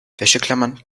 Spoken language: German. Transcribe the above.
wäscheklammern